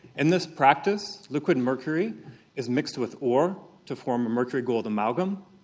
in this practice, liquid and mercury is mixed with ore to form a mercury-gold amalgam.